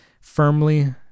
firmly